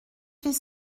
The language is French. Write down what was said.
fait